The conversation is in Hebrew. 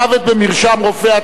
מוות במרשם רופא),